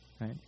right